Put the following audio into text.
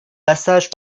passage